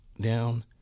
down